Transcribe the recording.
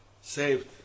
saved